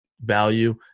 value